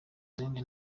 zindi